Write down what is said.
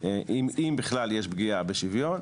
אם בכלל יש פגיעה בשוויון,